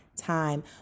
time